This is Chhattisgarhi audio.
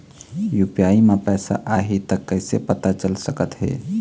यू.पी.आई म पैसा आही त कइसे पता चल सकत हे?